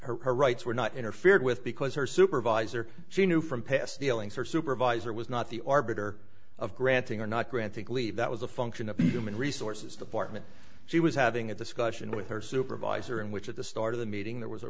her rights were not interfered with because her supervisor she knew from past dealings her supervisor was not the arbiter of granting or not grant think leave that was a function of the human resources department she was having a discussion with her supervisor in which at the start of the meeting there was a